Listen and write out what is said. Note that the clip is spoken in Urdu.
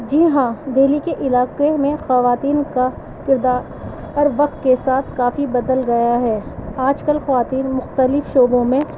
جی ہاں دہلی کے علاقے میں خواتین کا کردار اور وقت کے ساتھ کافی بدل گیا ہے آج کل خواتین مختلف شعبوں میں